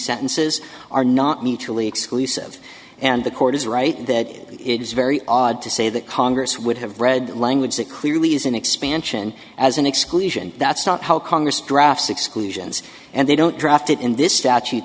sentences are not mutually exclusive and the court is right that it is very odd to say that congress would have read that language that clearly is an expansion as an exclusion that's not how congress drafts exclusions and they don't draft it in this statute